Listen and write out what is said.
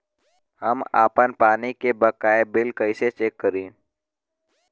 हम आपन पानी के बकाया बिल कईसे चेक करी?